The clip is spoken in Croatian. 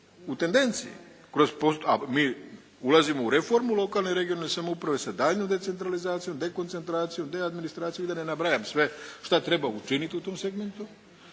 u tendenciji, a mi ulazimo u reformu lokalne i regionalne samouprave sa daljnjom decentralizacijom, dekoncentracijom, deadministracijom i da ne nabrajam sve šta treba učiniti u tom segmentu